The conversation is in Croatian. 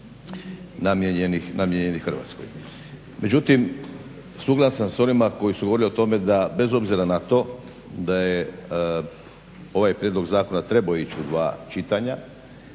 namijenjenih Hrvatskoj. Međutim, suglasan sa onima koji su govorili o tome da bez obzira na to da je ovaj prijedlog zakona trebao ići u dva čitanja